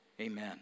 Amen